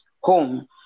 home